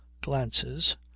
glances